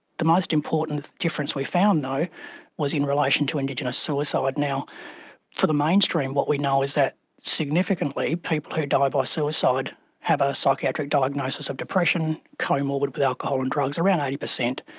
the most important difference we found though was in relation to indigenous so so ah suicide. for the mainstream, what we know is that significantly people who die by suicide have a psychiatric diagnosis of depression, comorbid with alcohol and drugs, around eighty percent.